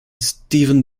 stephen